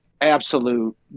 absolute